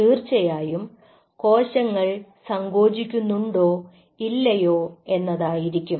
തീർച്ചയായും കോശങ്ങൾ സങ്കോചിക്കുന്നുണ്ടോ ഇല്ലയോ എന്നതായിരിക്കും